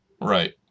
Right